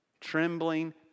Trembling